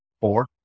four